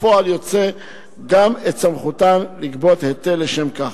וכפועל יוצא גם את סמכותן לגבות היטל לשם כך.